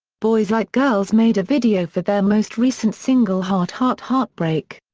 boys like girls made a video for their most recent single heart heart heartbreak.